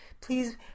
Please